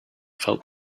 felt